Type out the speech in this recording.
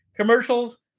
commercials